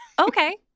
Okay